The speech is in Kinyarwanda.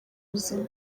buzima